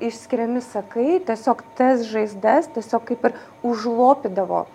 išskiriami sakai tiesiog tas žaizdas tiesiog kaip ir užlopydavo